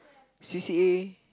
C_C_A